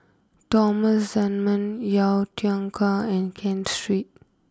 Thomas Dunman Yau Tian Car and Ken Street